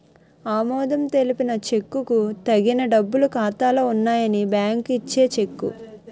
ఆమోదం తెలిపిన చెక్కుకు తగిన డబ్బులు ఖాతాలో ఉన్నాయని బ్యాంకు ఇచ్చే చెక్కు